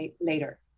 later